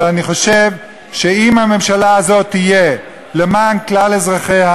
אבל אני חושב שאם הממשלה הזאת תהיה למען כלל אזרחיה